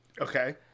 Okay